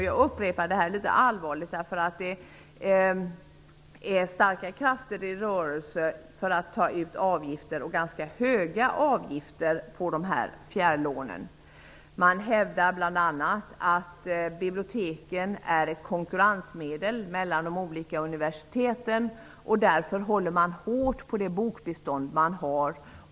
Jag upprepar detta litet allvarligt, därför att det är starka krafter i rörelse för att man skall ta ut ganska höga avgifter på fjärrlånen. Man hävdar bl.a. att biblioteken är ett konkurrensmedel mellan de olika universiteten, och därför håller man hårt i det bokbestånd man har.